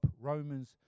Romans